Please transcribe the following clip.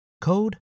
code